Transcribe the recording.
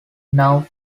now